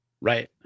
Right